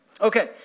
Okay